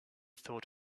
thought